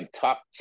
top